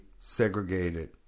segregated